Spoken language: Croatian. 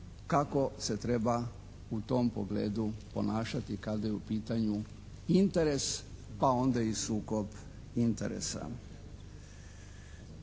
kako se treba u tom pogledu ponašati kada je u pitanju interes pa onda i sukob interesa.